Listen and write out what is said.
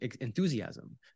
enthusiasm